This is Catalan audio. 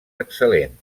excel·lent